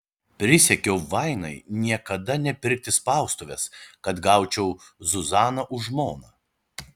prisiekiau vainai niekada nepirkti spaustuvės kad gaučiau zuzaną už žmoną